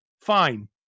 fine